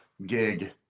gig